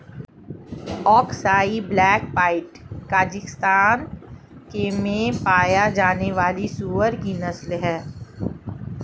Aksai black pied Kazakhstan में पाया जाने वाली सूअर की नस्ल है